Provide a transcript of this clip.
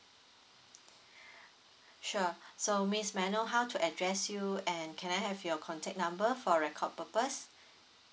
sure so miss may I know how to address you and can I have your contact number for record purpose